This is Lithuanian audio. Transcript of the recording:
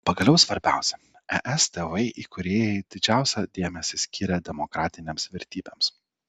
pagaliau svarbiausia es tėvai įkūrėjai didžiausią dėmesį skyrė demokratinėms vertybėms